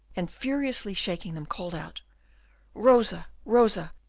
and furiously shaking them, called out rosa, rosa,